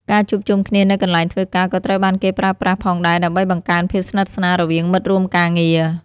ការជួបជុំគ្នានៅកន្លែងធ្វើការក៏ត្រូវបានគេប្រើប្រាស់ផងដែរដើម្បីបង្កើនភាពស្និទ្ធស្នាលរវាងមិត្តរួមការងារ។